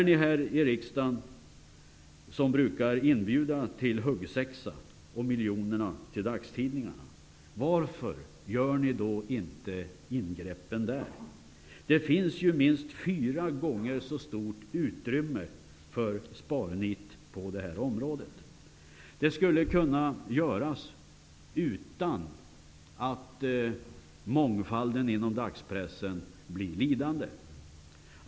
Ni som i riksdagen brukar inbjuda till huggsexa om miljonerna till dagstidningarna, varför gör ni inte ingreppen där? Där finns ju minst fyra gånger så stort utrymme för sparnit. Det skulle kunna göras utan att mångfalden inom dagspressen blir lidande.